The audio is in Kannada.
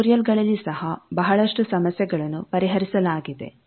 ಟ್ಯುಟೋರಿಯಲ್ಗಳಲ್ಲಿ ಸಹ ಬಹಳಷ್ಟು ಸಮಸ್ಯೆಗಳನ್ನು ಪರಿಹರಿಸಲಾಗಿದೆ